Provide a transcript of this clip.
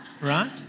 right